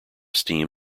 steam